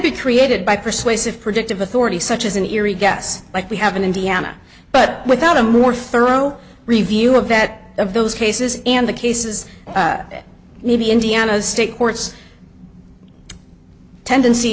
be created by persuasive predictive authority such as an eerie guess like we have in indiana but without a more thorough review of that of those cases and the cases that may be indiana's state courts tendency